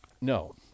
no